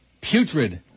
putrid